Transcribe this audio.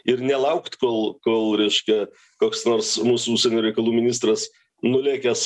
ir nelaukt kol kol reiškia koks nors mūsų užsienio reikalų ministras nulėkęs